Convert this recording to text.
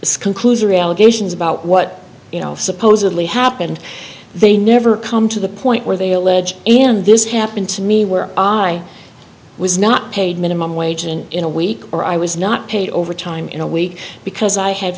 this conclusion reallocations about what supposedly happened they never come to the point where they allege and this happened to me where i was not paid minimum wage and in a week or i was not paid overtime in a week because i had